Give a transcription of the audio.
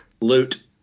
Loot